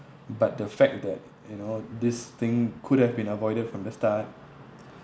but the fact that you know this thing could have been avoided from the start